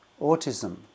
autism